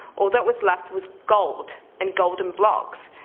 all that was left was golden and golden blocks.